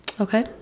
okay